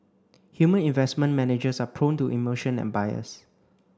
human investment managers are prone to emotion and bias